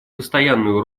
постоянную